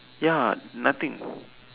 ya nothing